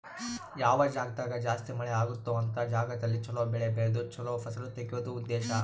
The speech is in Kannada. ಯಾವ ಜಾಗ್ದಾಗ ಜಾಸ್ತಿ ಮಳೆ ಅಗುತ್ತೊ ಅಂತ ಜಾಗದಲ್ಲಿ ಚೊಲೊ ಬೆಳೆ ಬೆಳ್ದು ಚೊಲೊ ಫಸಲು ತೆಗಿಯೋದು ಉದ್ದೇಶ